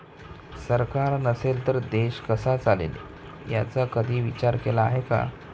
सरकार नसेल तर देश कसा चालेल याचा कधी विचार केला आहे का?